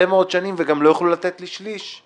מאוד שנים וגם לא יוכלו לתת לי שליש.